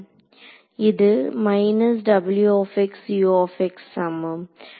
இது சமம்